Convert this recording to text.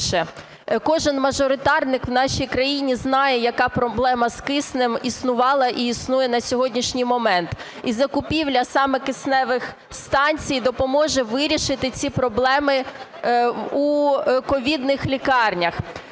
Кожен мажоритарник в нашій країні знає, яка проблема з киснем існувала і існує на сьогоднішній момент. І закупівля саме кисневих станцій допоможе вирішити ці проблеми у ковідних лікарнях.